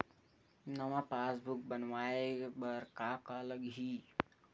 नवा पासबुक बनवाय बर का का लगही?